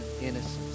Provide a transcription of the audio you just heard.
innocence